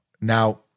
Now